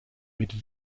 mit